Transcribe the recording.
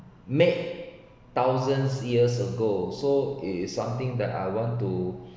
make thousands years ago so it's something that I want to